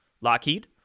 Lockheed